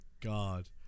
god